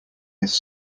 this